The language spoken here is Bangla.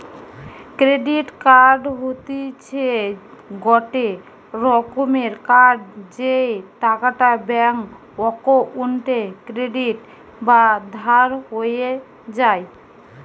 ক্রেডিট কার্ড হতিছে গটে রকমের কার্ড যেই টাকাটা ব্যাঙ্ক অক্কোউন্টে ক্রেডিট বা ধার হয়ে যায়